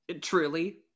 truly